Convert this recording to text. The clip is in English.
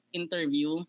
interview